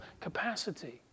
capacity